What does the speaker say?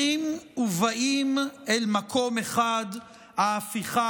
יושב-ראש ועדת הבחירות